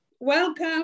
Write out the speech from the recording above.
Welcome